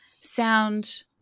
sound